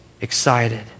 excited